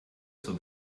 zur